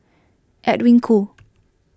Edwin Koo